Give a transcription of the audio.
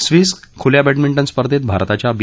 Swiss खुल्या बह्मिंते स्पर्धेत भारताच्या बी